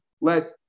let